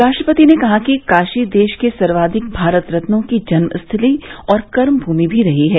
राष्ट्रपति ने कहा कि काशी देश के सर्वाधिक भारतरत्नों की जन्मस्थली और कर्मभूमि भी रही है